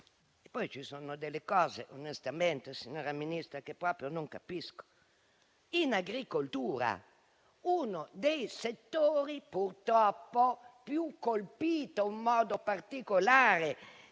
Poi ci sono delle cose che, onestamente, signora Ministra, proprio non capisco. In agricoltura, uno dei settori purtroppo più colpiti, in modo particolare